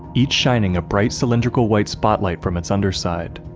each shining a bright, cylindrical white spotlight from its underside.